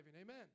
Amen